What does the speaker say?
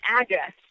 address